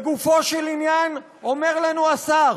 לגופו של עניין, אומר לנו השר,